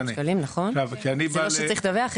זה לא שאתה צריך לדווח,